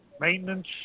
Maintenance